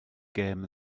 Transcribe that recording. gêm